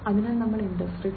അതിനാൽ നമ്മൾ ഇൻഡസ്ട്രി 4